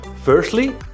Firstly